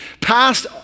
past